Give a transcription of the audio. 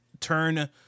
turn